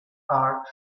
are